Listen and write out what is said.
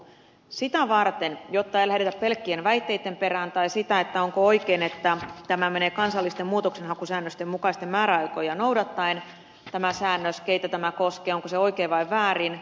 sitä varten jotta ei lähdetä pelkkien väitteitten perään tai miettimään onko se oikein vai väärin että tämä menee kansallisten muutoksenhakusäännösten mukaisia määräaikoja noudattaen tämä säännös keitä tämä koskee oikein vai väärin